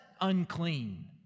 unclean